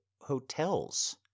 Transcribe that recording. hotels